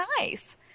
nice